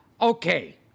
Okay